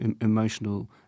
emotional